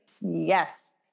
Yes